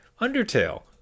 Undertale